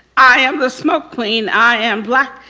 i am the smoke queen. i am black.